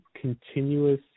continuous